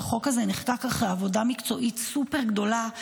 שהחוק הזה נחקק אחרי עבודה מקצועית סופר גדולה,